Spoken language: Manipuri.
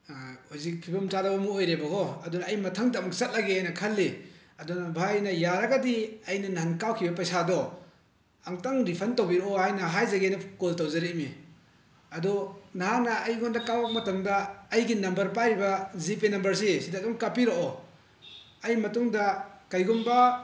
ꯍꯧꯖꯤꯛ ꯐꯤꯕꯝ ꯆꯥꯗꯕ ꯑꯃ ꯑꯣꯏꯔꯦꯕꯀꯣ ꯑꯗꯨꯅ ꯑꯩ ꯃꯊꯪꯗ ꯑꯃꯨꯛ ꯆꯠꯂꯒꯦꯅ ꯈꯜꯂꯤ ꯑꯗꯨꯅ ꯚꯥꯏꯅ ꯌꯥꯔꯒꯗꯤ ꯑꯩꯅ ꯅꯍꯥꯟ ꯀꯥꯞꯈꯤꯕ ꯄꯩꯁꯥꯗꯣ ꯑꯝꯇꯪ ꯔꯤꯐꯟ ꯇꯧꯕꯤꯔꯛꯑꯣ ꯍꯥꯏꯅ ꯍꯥꯏꯖꯒꯦꯅ ꯀꯣꯜ ꯇꯧꯖꯔꯛꯏꯅꯦ ꯑꯗꯣ ꯅꯍꯥꯛꯅ ꯑꯩꯉꯣꯟꯗ ꯀꯥꯞꯂꯛꯄ ꯃꯇꯝꯗ ꯑꯩꯒꯤ ꯅꯝꯕꯔ ꯄꯥꯏꯔꯤꯕ ꯖꯤ ꯄꯦ ꯅꯝꯕꯔꯁꯤ ꯁꯤꯗ ꯑꯗꯨꯝ ꯀꯥꯞꯄꯤꯔꯛꯑꯣ ꯑꯩ ꯃꯇꯨꯡꯗ ꯀꯩꯒꯨꯝꯕ